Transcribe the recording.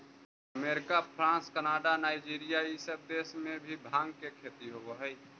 America, France, Canada, Nigeria इ सब देश में भी भाँग के खेती होवऽ हई